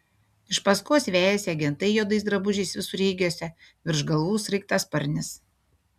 iš paskos vejasi agentai juodais drabužiais visureigiuose virš galvų sraigtasparnis